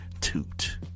toot